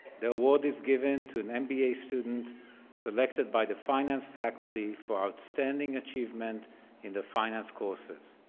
the award is given to an mba student selected by the finance faculty for outstanding achievement in the finance courses.